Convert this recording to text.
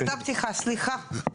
זו הפתיחה, סליחה.